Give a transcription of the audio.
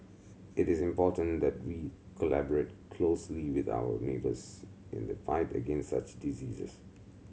it is important that we collaborate closely with our neighbours in the fight against such diseases